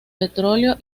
petróleo